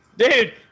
Dude